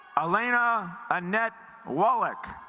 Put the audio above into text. elena a net wallach